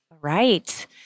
Right